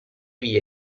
vie